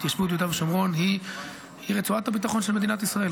ההתיישבות ביהודה ושומרון היא רצועת הביטחון של מדינת ישראל.